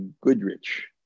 Goodrich